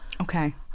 Okay